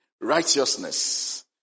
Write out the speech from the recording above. Righteousness